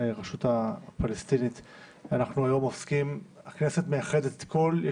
כי יש פה את הסוגיה שמצד אחד מדינת ישראל כמדינה דמוקרטית